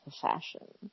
fashion